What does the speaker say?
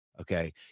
okay